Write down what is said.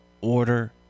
order